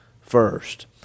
first